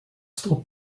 still